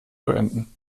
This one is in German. beenden